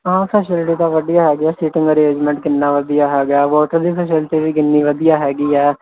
ਹਾਂ ਫ਼ੈਸਿਲੀਟੀ ਤਾਂ ਵਧੀਆ ਹੈਗੀ ਆ ਸਿਟਿੰਗ ਅਰੇਜਮੇਂਟ ਕਿੰਨਾ ਵਧੀਆ ਹੈਗਾ ਆ ਵਾਟਰ ਦੀ ਫ਼ੈਸਿਲੀਟੀ ਵੀ ਕਿੰਨੀ ਵਧੀਆ ਹੈਗੀ ਆ